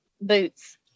boots